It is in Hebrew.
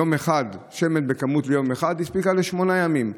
שמן בכמות של יום אחד הספיק לשמונה ימים,